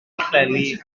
pwllheli